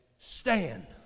stand